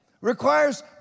requires